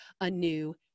anew